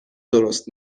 درست